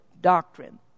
doctrine